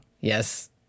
Yes